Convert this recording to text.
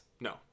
No